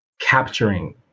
capturing